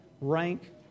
rank